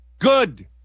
Good